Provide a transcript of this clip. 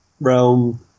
realm